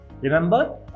remember